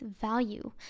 value